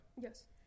Yes